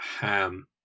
ham